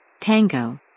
Tango